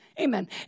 amen